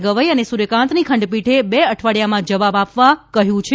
ગવઇ અને સૂર્યકાંતની ખંડપીઠે બે અઠવાડિયામાં જવાબ આપવા કહ્યું છે